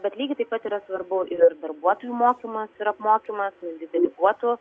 bet lygiai taip pat yra svarbu ir darbuotojų mokymas ir apmokymas deleguotų